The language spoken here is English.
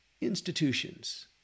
Institutions